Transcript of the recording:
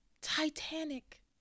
Titanic